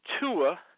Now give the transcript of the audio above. Tua